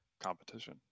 competition